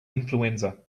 influenza